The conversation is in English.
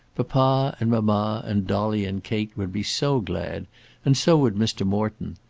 papa and mamma and dolly and kate would be so glad and so would mr. morton.